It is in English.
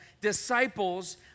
disciples